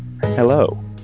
hello